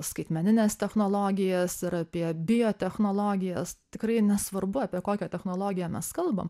skaitmenines technologijas ir apie biotechnologijas tikrai nesvarbu apie kokią technologiją mes kalbam